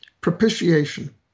propitiation